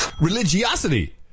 Religiosity